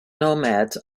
nomads